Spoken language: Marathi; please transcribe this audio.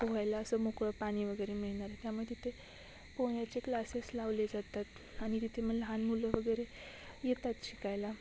पोहायला असं मोकळं पानी वगरे मिळणार त्यामुळे तिथे पोहण्याचे क्लासेस लावले जातात आनि तिथे म लहान मुलं वगरे येतात शिकायला